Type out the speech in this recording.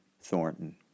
Thornton